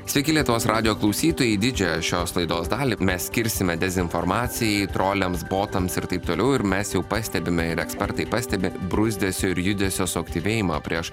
sveiki lietuvos radijo klausytojai didžiąją šios laidos dalį mes skirsime dezinformacijai troliams botams ir taip toliau ir mes jau pastebime ir ekspertai pastebi bruzdesio ir judesio suaktyvėjimą prieš